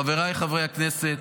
חבריי חברי הכנסת,